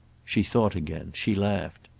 she thought again she laughed.